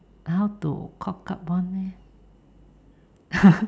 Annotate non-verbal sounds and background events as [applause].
how to cock up one leh [laughs]